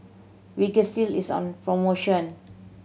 Vagisil is on promotion